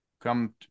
come